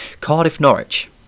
Cardiff-Norwich